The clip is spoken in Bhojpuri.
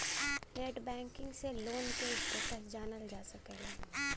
नेटबैंकिंग से लोन क स्टेटस जानल जा सकला